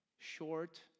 Short